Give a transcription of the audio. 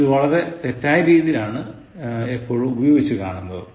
ഇത് വളരെ തെറ്റായ രീതിയിലാണ് എപ്പോഴും ഉപയോഗിച്ചു കാണുന്നതും